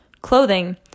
Clothing